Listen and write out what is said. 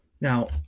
Now